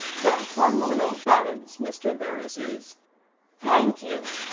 the hormonal balance, mr. burris, is thank you,